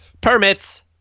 permits